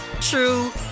true